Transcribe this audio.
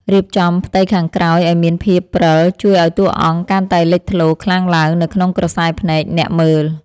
រៀបចំផ្ទៃខាងក្រោយឱ្យមានភាពព្រិលជួយឱ្យតួអង្គកាន់តែលេចធ្លោខ្លាំងឡើងនៅក្នុងក្រសែភ្នែកអ្នកមើល។